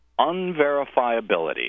unverifiability